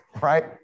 right